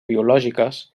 biològiques